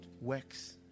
Works